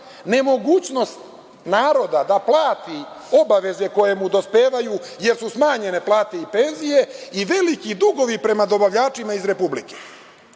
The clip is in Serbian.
nemogućnost naroda da plati obaveze koje mu dospevaju jer su smanjene plate i penzije i veliki dugovi prema dobavljačima iz Republike. Onda